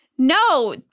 No